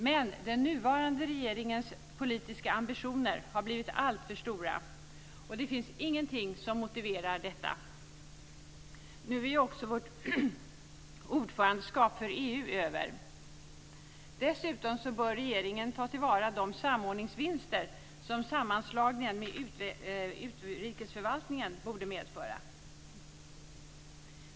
Men den nuvarande regeringens politiska ambitioner har blivit alltför stora. Det finns ingenting som motiverar detta. Nu är också vårt ordförandeskap för EU över. Dessutom bör regeringen ta till vara de samordningsvinster som sammanslagningen med utrikesförvaltningen borde medföra.